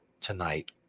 tonight